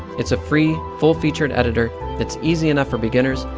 it's a free, full-featured editor that's easy enough for beginners,